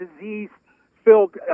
disease-filled